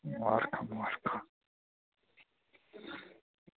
मबारखां मबारखां